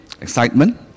excitement